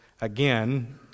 again